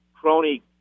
crony